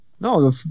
No